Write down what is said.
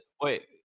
Wait